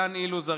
דן אילוז,